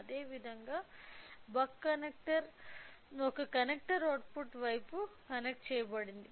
అదేవిధంగా buck connector output వైపు connect చెయ్యబడింది